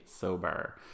sober